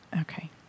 Okay